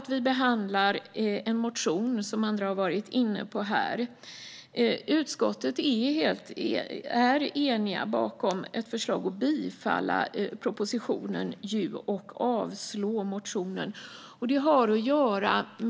Vi behandlar också en motion, som andra har varit inne på. Utskottet är enigt bakom ett förslag om att bifalla propositionen och avslå motionen.